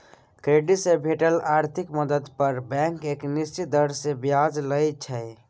credit से भेटल आर्थिक मदद पर बैंक एक निश्चित दर से ब्याज लइ छइ